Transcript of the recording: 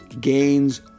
gains